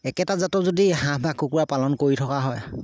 একেটা জাতৰ যদি হাঁহ বা কুকুৰা পালন কৰি থকা হয়